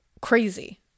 crazy